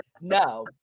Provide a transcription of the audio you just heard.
no